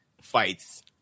fights